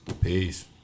Peace